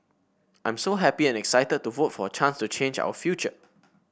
I'm so happy and excited to vote for a chance to change our future